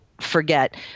forget